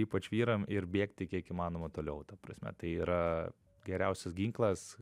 ypač vyram ir bėgti kiek įmanoma toliau ta prasme tai yra geriausias ginklas